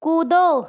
कूदो